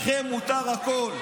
לכם מותר הכול.